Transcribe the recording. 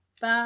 Bye